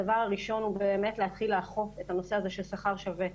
הדבר הראשון הוא באמת להתחיל לאכוף את הנושא הזה של שכר שווה,